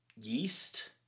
yeast